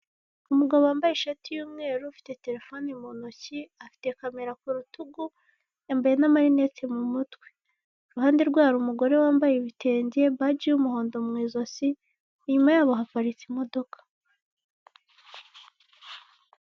Umugabo wambaye ishati y'umweru, ufite telefone mu ntoki, afite camera ku rutugu, yambaye n'amarinete mu mutwe. Irunde rwe hari umugore wambaye ibitenge, baji y'umuhondo mw'ijosi. Inyuma yabo haparitse imodoka.